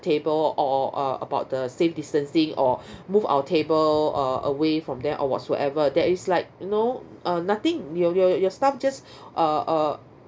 table or uh about the safe distancing or move our table uh away from them or whatsoever there is like you know uh nothing your your your staff just uh uh